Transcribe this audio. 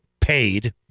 paid